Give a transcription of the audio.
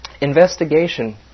Investigation